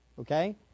Okay